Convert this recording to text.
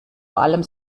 allem